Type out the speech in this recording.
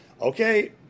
okay